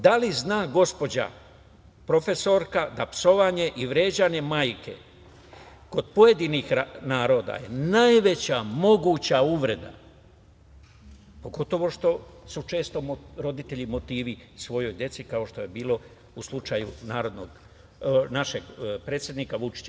Da li zna gospođa profesorka da psovanje i vređanje majke kod pojedinih naroda je najveća moguća uvreda pogotovo što su često roditelji motivi svojoj deci, kao što je bilo u slučaju našeg predsednika Vučića.